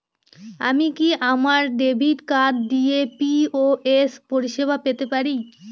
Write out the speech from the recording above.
আমি কি আমার ডেবিট কার্ড দিয়ে পি.ও.এস পরিষেবা পেতে পারি?